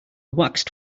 waxed